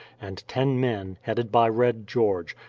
and ten men, headed by red george,